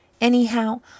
Anyhow